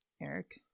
Eric